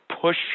push